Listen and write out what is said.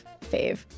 fave